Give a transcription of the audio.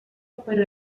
per